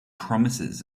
promises